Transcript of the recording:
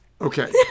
Okay